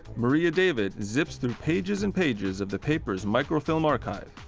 maria david zips through pages and pages of the paper's microfilm archive.